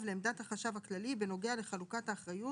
לעמדת החשב הכללי בנוגע לחלוקת האחריות